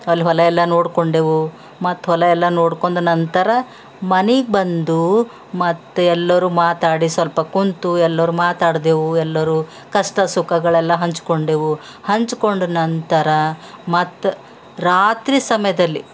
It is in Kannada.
ಅಲ್ಲಿ ಹೊಲ ಎಲ್ಲ ನೋಡಿಕೊಂಡೆವು ಮತ್ತು ಹೊಲಯೆಲ್ಲ ನೋಡ್ಕೊಂಡ ನಂತರ ಮನೆಗ್ ಬಂದು ಮತ್ತು ಎಲ್ಲರು ಮಾತಾಡಿ ಸ್ವಲ್ಪ ಕುಂತು ಎಲ್ಲರು ಮಾತಾಡಿದೇವು ಎಲ್ಲರು ಕಷ್ಟ ಸುಖಗಳೆಲ್ಲ ಹಂಚಿಕೊಂಡೆವು ಹಂಚ್ಕೊಂಡು ನಂತರ ಮತ್ತು ರಾತ್ರಿ ಸಮಯದಲ್ಲಿ